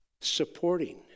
supporting